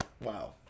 wow